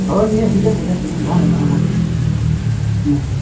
ᱦᱳᱭ ᱱᱤᱭᱟᱹ ᱥᱤᱡᱮᱱ ᱨᱮᱭᱟᱜ ᱡᱮᱢᱚᱱ ᱡᱟᱦᱟᱸ ᱦᱮᱱᱟᱜᱼᱟ ᱚᱱᱟᱠᱚ ᱦᱮᱸ ᱦᱮᱸ